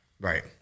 Right